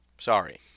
Sorry